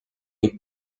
les